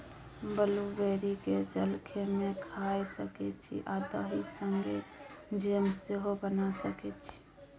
blueberry केँ जलखै मे खाए सकै छी आ दही संगै जैम सेहो बना सकै छी